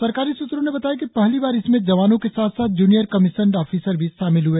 सरकारी सूत्रों ने बताया कि पहली बार इसमें जवानों के साथ साथ ज्ञनियर कमीशंड ऑफीसर भी शामिल हए